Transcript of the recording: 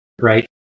right